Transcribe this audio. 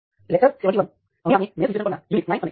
અગાઉના કોર્સમાં આપણે મોડેલિંગ નો માત્ર એક જ રેઝિસ્ટર હોય છે